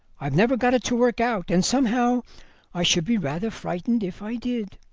i've never got it to work out, and somehow i should be rather frightened if i did.